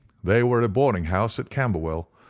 they were at a boarding-house at camberwell,